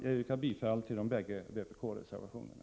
Jag yrkar bifall till de bägge vpk-reservationerna.